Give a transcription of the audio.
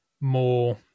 more